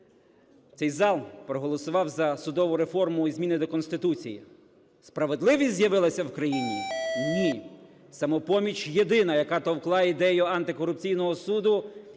Цей зал проголосував за судову реформу і зміни до Конституції. Справедливість з'явилася в країні? Ні. "Самопоміч" єдина, яка товкла ідею Антикорупційного суду.